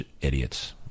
idiots